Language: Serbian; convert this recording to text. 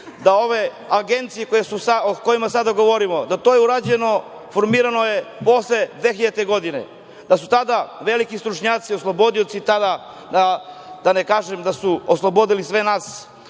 ove agencije o kojima sada govorimo, to je urađeno, formirane su posle 2000. godine i tada su veliki stručnjaci, oslobodioci tada, da ne kažem da su oslobodili sve nas